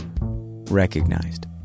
Recognized